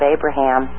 Abraham